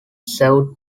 served